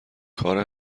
کار